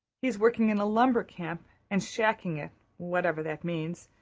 he's working in a lumber camp and shacking it whatever that means.